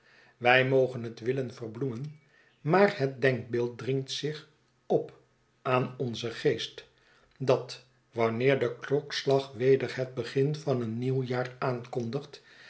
wij mogen het willen verbloemen maar het denkbeeld dringt zich op aan onzen geest dat wanneer de klokslag weder het begin van een nieuw jaar aankondigt